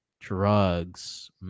drugs